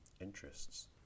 interests